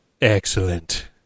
Excellent